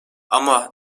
ama